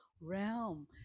realm